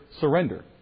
surrender